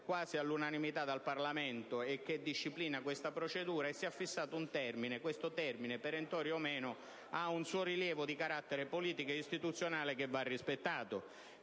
quasi all'unanimità dal Parlamento e che disciplina questa procedura: si è fissato un termine che, perentorio o meno, ha un suo rilievo di carattere politico e istituzionale che va rispettato.